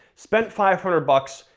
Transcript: spent five hundred bucks,